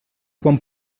quan